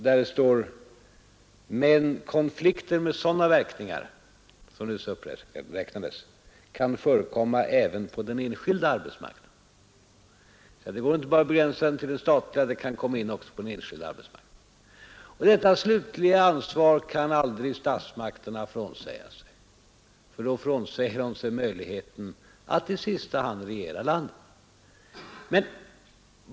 där det står: Men konflikter med sådana verkningar — som nyss uppräknades — kan förekomma även på den enskilda arbetsmarknaden. Det går inte att begränsa dem till den statliga arbetsmarknaden, utan de kan drabba också på den enskilda marknaden, Detta slutliga ansvar kan statsmakterna aldrig fransäga sig; därigenom skulle de i sista hand frånsäga sig möjligheten att regera landet.